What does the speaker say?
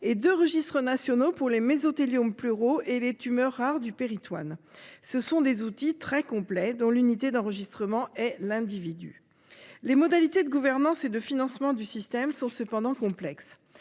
et deux registres nationaux pour les mésothéliomes pleuraux et les tumeurs rares du péritoine. Il s'agit d'outils très complets, dont l'unité d'enregistrement est l'individu. Les modalités de gouvernance et de financement du système sont cependant complexes.